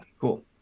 Cool